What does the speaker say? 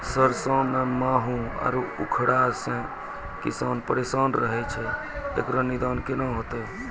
सरसों मे माहू आरु उखरा से किसान परेशान रहैय छैय, इकरो निदान केना होते?